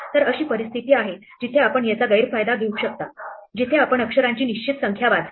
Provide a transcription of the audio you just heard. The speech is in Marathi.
तर अशी परिस्थिती आहे जिथे आपण याचा गैरफायदा घेऊ शकता जिथे आपण अक्षरांची निश्चित संख्या वाचता